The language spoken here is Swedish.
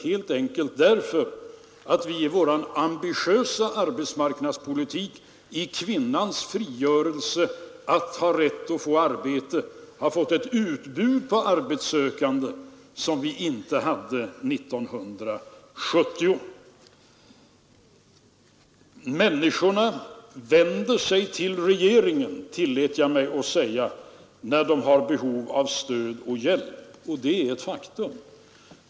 Anledningen är helt enkelt att vi i vår ambitiösa arbetsmarknadspolitik, i kvinnans anspråk på att ha rätt att få arbete, har fått ett utbud på arbetssökande som vi inte hade 1970 Människorna vänder sig till regeringen, tillät jag mig att säga, när de har behov av stöd och hjälp. Detta är ett faktum.